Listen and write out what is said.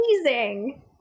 amazing